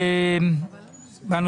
אני מחדש את הישיבה של ועדת הכספים,